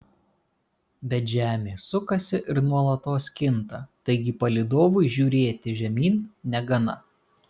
bet žemė sukasi ir nuolatos kinta taigi palydovui žiūrėti žemyn negana